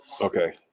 Okay